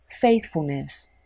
faithfulness